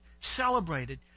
celebrated